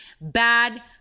Bad